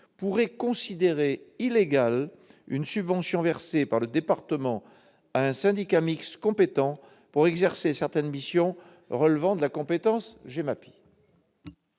pourrait considérer comme illégale une subvention versée par le département à un syndicat mixte compétent pour exercer certaines missions relevant de la compétence GEMAPI.